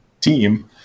team